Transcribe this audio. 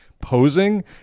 posing